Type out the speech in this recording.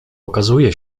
okazuje